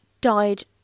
died